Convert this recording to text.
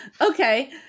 Okay